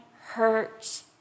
hurts